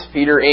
Peter